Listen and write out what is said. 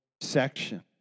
section